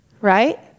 Right